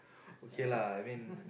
okay lah I mean